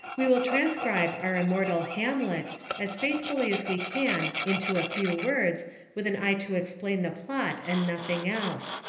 we will transcribe our immortal hamlet as faithfully as we can into a few words with an eye to explain the plot and nothing else.